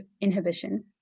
inhibition